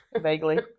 vaguely